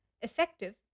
effective